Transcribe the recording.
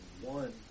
one